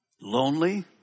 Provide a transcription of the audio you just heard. lonely